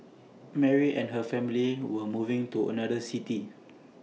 Mary and her family were moving to another city